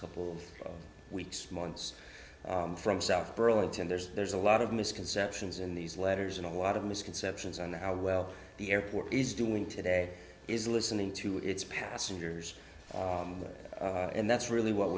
couple of weeks months from south burlington there's there's a lot of misconceptions in these letters and a lot of misconceptions on how well the airport is doing today is listening to its passengers and that's really what